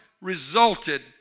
resulted